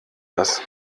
das